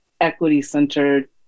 equity-centered